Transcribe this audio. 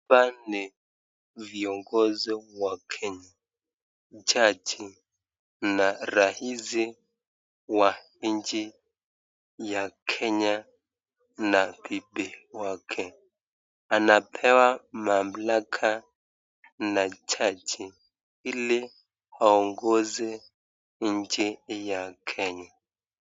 Hapa ni viongozi wa Kenya, jaji na rais wa nchi ya Kenya na bibi wake. Anapewa mamlaka na jaji ili aongoze nchi ya Kenya.